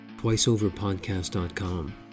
TwiceOverPodcast.com